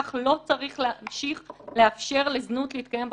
כך לא צריך להמשיך לאפשר לזנות להתקיים בחברה.